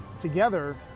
together